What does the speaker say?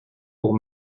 pour